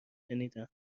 شنیدم